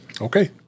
okay